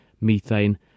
methane